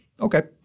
Okay